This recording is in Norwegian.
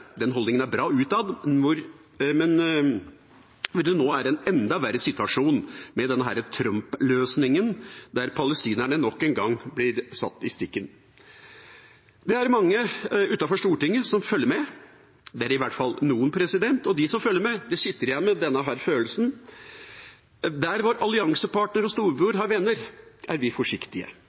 bra utad, men situasjonen er nå enda verre med denne Trump-løsningen, der palestinerne nok en gang blir latt i stikken. Det er mange utenfor Stortinget som følger med – i hvert fall noen – og de sitter igjen med denne følelsen: Der vår alliansepartner og storebror har venner, er vi forsiktige,